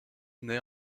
naît